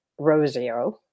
Rosio